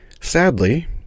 Sadly